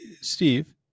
Steve